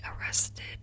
arrested